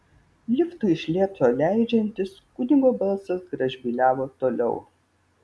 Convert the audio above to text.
liftui iš lėto leidžiantis kunigo balsas gražbyliavo toliau